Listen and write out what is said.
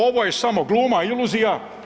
Ovo je samo gluma i iluzija.